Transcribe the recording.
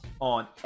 on